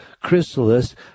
chrysalis